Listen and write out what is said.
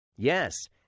Yes